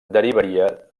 derivaria